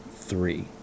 three